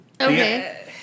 Okay